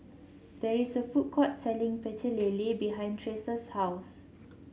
there is a food court selling Pecel Lele behind Tressa's house